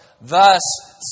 thus